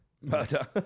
murder